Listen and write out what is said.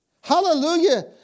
hallelujah